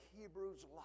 Hebrews